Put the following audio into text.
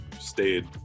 stayed